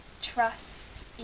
trust